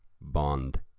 bond